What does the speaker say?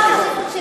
פורסם.